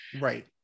Right